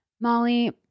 Molly